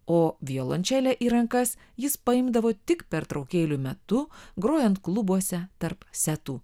o violončelę į rankas jis paimdavo tik pertraukėlių metu grojant klubuose tarp setų